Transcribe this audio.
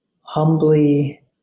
humbly